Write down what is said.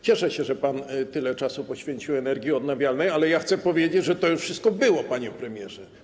Cieszę się, że pan tyle czasu poświęcił energii odnawialnej, ale ja chcę powiedzieć, że to już wszystko było, panie premierze.